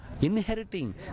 inheriting